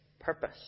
purpose